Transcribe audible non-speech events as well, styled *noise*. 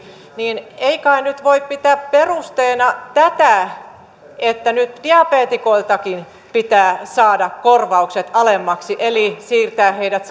niin ei kai nyt voi pitää perusteena tätä että nyt diabeetikoiltakin pitää saada korvaukset alemmaksi eli siirtää heidät *unintelligible*